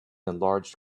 enlarged